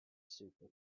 super